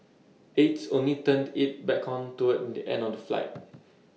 aides only turned IT back on toward the end of the flight